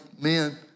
men